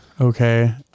okay